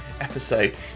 episode